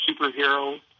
superhero